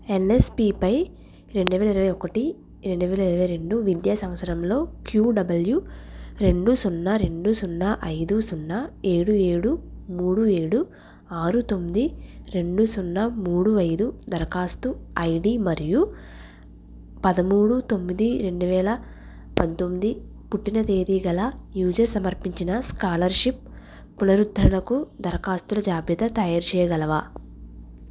ఎన్ఎస్పిపై రెండు వేల ఇరవై ఒకటి రెండు వేల ఇరవై రెండు విద్యా సంవత్సరంలో క్యుడబల్యు రెండు సున్నా రెండు సున్నా ఐదు సున్నా ఏడు ఏడు మూడు ఏడు ఆరు తొమ్మిది రెండు సున్నా మూడు ఐదు దరఖాస్తు ఐడి మరియు పదమూడు తొమ్మిది రెండువేల పంతొమ్మిది పుట్టిన తేది గల యూజర్ సమర్పించిన స్కాలర్షిప్ పునరుద్ధరణకు దరఖాస్తుల జాబితా తయారుచేయగలవా